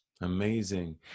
Amazing